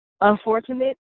unfortunate